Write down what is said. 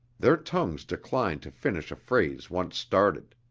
their tongues declined to finish a phrase once started.